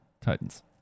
titans